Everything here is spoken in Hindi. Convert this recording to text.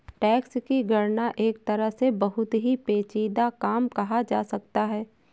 टैक्स की गणना एक तरह से बहुत ही पेचीदा काम कहा जा सकता है